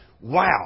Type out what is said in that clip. wow